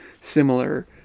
similar